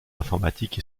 informatique